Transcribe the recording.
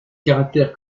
caractère